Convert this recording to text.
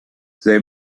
they